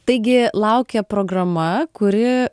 taigi laukia programa kuri